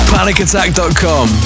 Panicattack.com